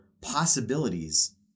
possibilities